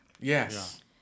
Yes